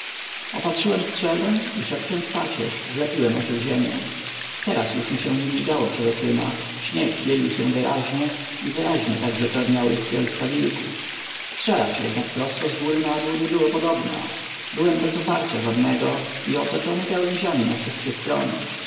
opatrzyłem strzelbę i szepcząc pacierz wlepiłem oczy w ziemię teraz już mi się nie migało przed oczyma śnieg bielił się wyraźnie i wyraźnie także czerniały cielska wilków strzelać jednak prosto z góry na dół nie było podobna byłem bez oparcia żadnego i otoczony gałęziami na wszystkie strony